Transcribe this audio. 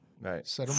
Right